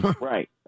Right